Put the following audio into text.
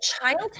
child